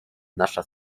nasza